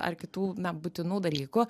ar kitų na būtinų dalykų